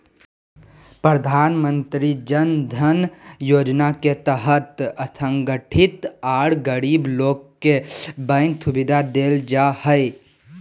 प्रधानमंत्री जन धन योजना के तहत असंगठित आर गरीब लोग के बैंक सुविधा देल जा हई